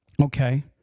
Okay